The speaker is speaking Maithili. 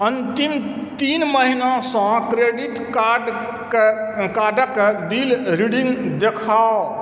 अन्तिम तीन महिनासँ क्रेडिट कार्डके बिल रीडिङ्ग देखाउ